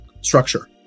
structure